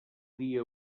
dia